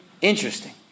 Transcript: Interesting